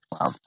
wow